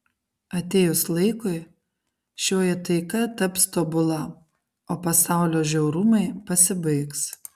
atėjus laikui šioji taika taps tobula o pasaulio žiaurumai pasibaigs